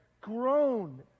grown